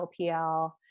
LPL